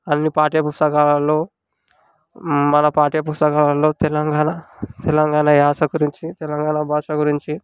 అన్నీ పాఠ్య పుస్తకాలల్లో మన పాఠ్య పుస్తకాలల్లో తెలంగాణ తెలంగాణ యాస గురించి తెలంగాణ భాష గురించి